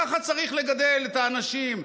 ככה צריך לגדל את האנשים.